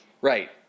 Right